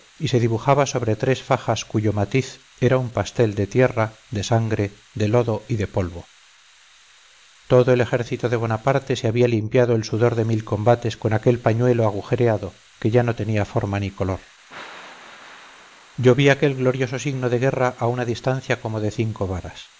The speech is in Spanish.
y se dibujaba sobre tres fajas cuyo matiz era un pastel de tierra de sangre de lodo y de polvo todo el ejército de bonaparte se había limpiado el sudor de mil combates con aquel pañuelo agujereado que ya no tenía forma ni color yo vi aquel glorioso signo de guerra a una distancia como de cinco varas